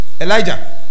Elijah